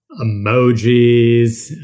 Emojis